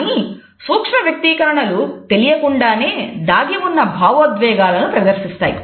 కానీ సూక్ష్మ వ్యక్తీకరణలు తెలియకుండానే దాగి వున్న భావోద్వేగాలను ప్రదర్శిస్తాయి